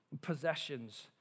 possessions